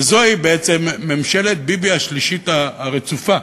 וזוהי בעצם ממשלת ביבי השלישית הרצופה,